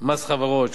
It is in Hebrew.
מס חברות,